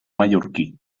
mallorquí